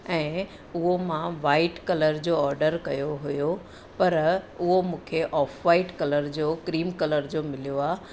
ऐं उहो मां वाइट कलर जो ऑडर कयो हुयो पर उहो मूंखे ऑफ़ व्हाइट कलर जो क्रीम कलर जो मिलयो आहे